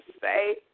say